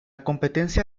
competencia